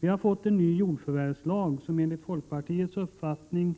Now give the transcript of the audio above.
Vi har fått en ny jordförvärvslag, som enligt folkpartiets uppfattning